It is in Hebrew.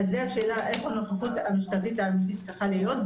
אז זו השאלה איפה הנוכחות המשטרתית האמיתית צריכה להיות,